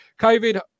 COVID